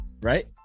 right